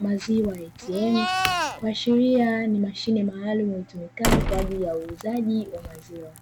MAZIWA ATM. Kuashiria ni mashine maalumu itumikayo kwa ajili ya kuuza maziwa.